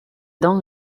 donc